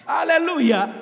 Hallelujah